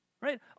Right